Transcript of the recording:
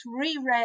reread